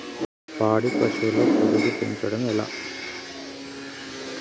పాడి పశువుల పొదుగు పెంచడం ఎట్లా?